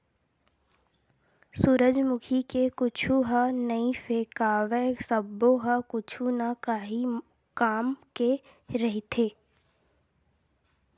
सूरजमुखी के कुछु ह नइ फेकावय सब्बो ह कुछु न काही काम के रहिथे